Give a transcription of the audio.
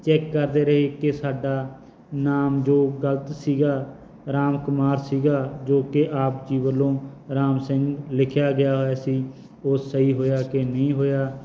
check ਕਰਦੇ ਰਹੇ ਕਿ ਸਾਡਾ ਨਾਮ ਜੋ ਗਲਤ ਸੀਗਾ ਰਾਮ ਕੁਮਾਰ ਸੀਗਾ ਜੋ ਕਿ ਆਪ ਜੀ ਵੱਲੋਂ ਰਾਮ ਸਿੰਘ ਲਿਖਿਆ ਗਿਆ ਹੋਇਆ ਸੀ ਉਹ ਸਹੀ ਹੋਇਆ ਕਿ ਨਹੀਂ ਹੋਇਆ